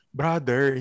brother